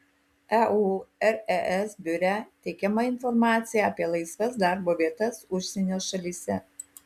eures biure teikiama informacija apie laisvas darbo vietas užsienio šalyse